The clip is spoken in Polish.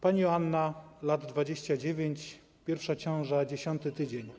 Pani Joanna, lat 29, pierwsza ciąża, 10. tydzień.